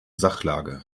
sachlage